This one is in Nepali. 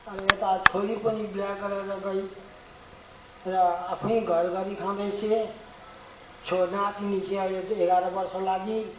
र यता छोरी पनि बिहा गरेर गइ र आफ्नै घर गरि खाँदैछ छो नातिनी छ अहिले एघार वर्ष लागि